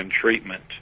treatment